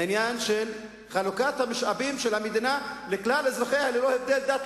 בעניין של חלוקת המשאבים של המדינה לכלל אזרחיה ללא הבדל דת,